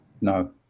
no